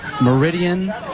Meridian